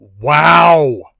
Wow